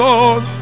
Lord